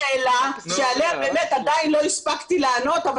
השאלה שעליה באמת עדיין לא הספקתי לענות,